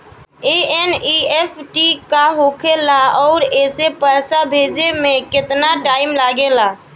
NEFT का होखे ला आउर एसे पैसा भेजे मे केतना टाइम लागेला?